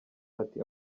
ati